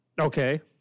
Okay